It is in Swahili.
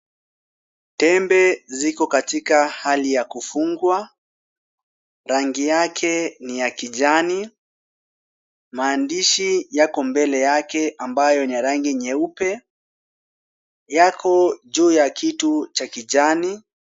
Tembe ziko katika hali ya kufungwa. Rangi yake ni ya kijani. Maandishi yako mbele yake ambayo ni ya rangi nyeupe. Yako juu ya kitu cha kijani.